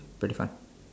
but fun